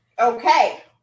Okay